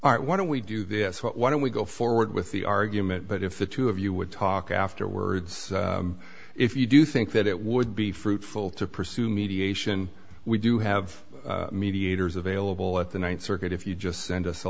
are why don't we do this why don't we go forward with the argument but if the two of you would talk afterwards if you do think that it would be fruitful to pursue mediation we do have mediators available at the ninth circuit if you just send us a